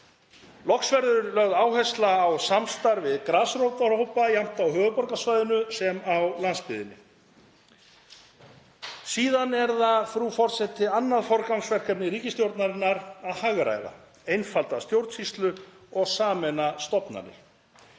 Loks verður lögð áhersla á samstarf við grasrótarhópa, jafnt á höfuðborgarsvæðinu sem á landsbyggðinni. Síðan er það, frú forseti, annað forgangsverkefni ríkisstjórnarinnar að hagræða, einfalda stjórnsýslu og sameina stofnanir.